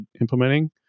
implementing